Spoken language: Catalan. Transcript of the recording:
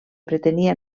pretenia